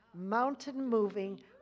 mountain-moving